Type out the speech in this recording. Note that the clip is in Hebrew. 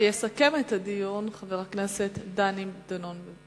ויסכם את הדיון חבר הכנסת דני דנון.